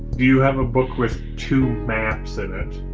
do you have a book with two maps in it?